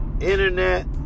internet